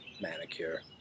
manicure